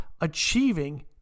achieving